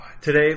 Today